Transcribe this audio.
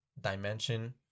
dimension